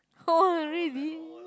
oh really